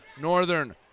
Northern